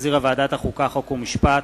שהחזירה ועדת החוקה, חוק ומשפט.